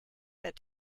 that